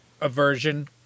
aversion